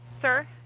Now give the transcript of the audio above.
Sir